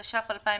התש"ף-2020,